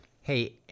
Hey